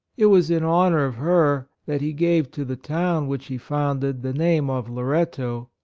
it was in honor of her that he gave to the town which he founded the name of loretto,